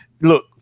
look